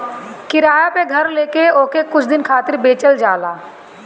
किराया पअ घर लेके ओके कुछ दिन खातिर बेचल जाला